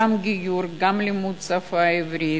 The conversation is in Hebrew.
גם גיור, גם לימוד השפה העברית.